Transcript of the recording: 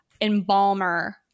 embalmer